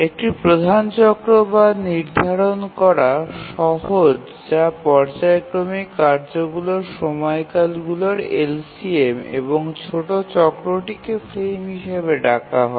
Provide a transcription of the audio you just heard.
একটি প্রধান চক্র যা নির্ধারণ করা সহজ যা পর্যায়ক্রমিক কার্যগুলির সময়কালগুলির এলসিএম এবং ছোট চক্রটিকে ফ্রেম হিসাবে ব্যবহার করা হয়